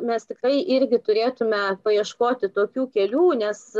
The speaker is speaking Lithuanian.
mes tikrai irgi turėtume paieškoti tokių kelių nes